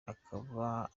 akaba